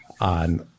on